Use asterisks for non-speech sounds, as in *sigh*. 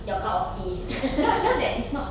your cup of tea *laughs*